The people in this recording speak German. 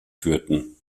führten